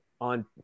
on –